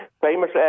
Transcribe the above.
Famous